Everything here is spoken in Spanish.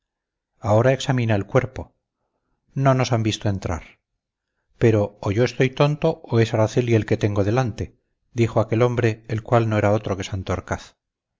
ahora examina el cuerpo no nos han visto entrar pero o yo estoy tonto o es araceli el que tengo delante dijo aquel hombre el cual no era otro que santorcaz